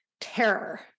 terror